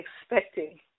expecting